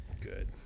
Good